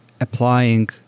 applying